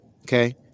Okay